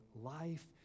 life